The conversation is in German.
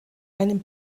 einem